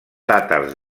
tàtars